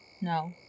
No